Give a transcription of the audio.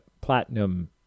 platinum